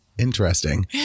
interesting